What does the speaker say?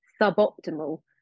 suboptimal